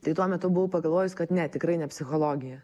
tai tuo metu buvau pagalvojus kad ne tikrai ne psichologija